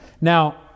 Now